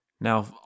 Now